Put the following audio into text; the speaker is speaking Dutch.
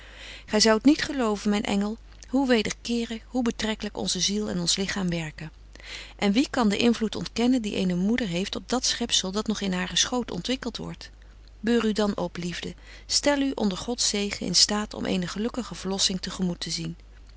gy zoudt niet geloven myn engel hoe wederkerig hoe betreklyk onze ziel en ons lichaam werken en wie kan den invloed ontkennen dien eene moeder heeft op dat schepzel dat nog in haren schoot ontwikkelt wordt beur u dan op liefde stel u onder gods zegen in staat om eene gelukkige verlossing te gemoet te zien